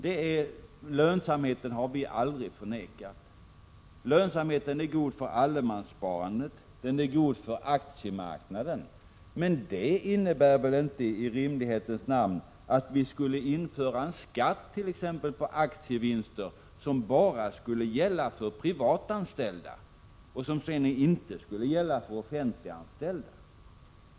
Detta med lönsamheten har vi aldrig förnekat. Lönsamheten är god när det gäller allemanssparandet. Den är också god när det gäller aktiemarknaden. Men det innebär väl i rimlighetens namn inte att vi måste införa en skatt på t.ex. aktievinster, vilken enbart skulle gälla för privat anställda — alltså inte för offentligt anställda.